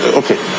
okay